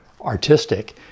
artistic